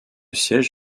siège